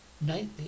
Nightly